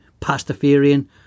Pastafarian